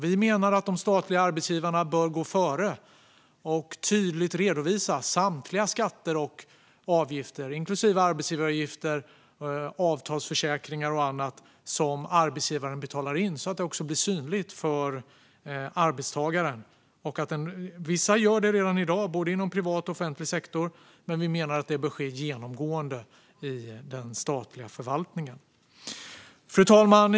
Vi menar att de statliga arbetsgivarna bör gå före och tydligt redovisa samtliga skatter och avgifter, inklusive arbetsgivaravgifter, avtalsförsäkringar och annat, som arbetsgivarna betalar in, så att det blir synligt för arbetstagarna. Vissa gör det redan i dag, inom både privat och offentlig sektor, men vi menar att det bör ske genomgående i den statliga förvaltningen. Fru talman!